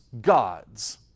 gods